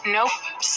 Nope